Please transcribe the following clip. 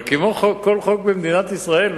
אבל כמו כל חוק במדינת ישראל,